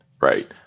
right